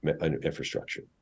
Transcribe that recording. infrastructure